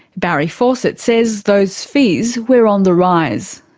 barry fawcett says those fees were on the rise.